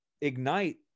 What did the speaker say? ignite